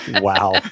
Wow